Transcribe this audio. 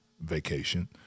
vacation